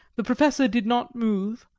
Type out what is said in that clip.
the professor did not move,